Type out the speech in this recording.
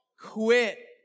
quit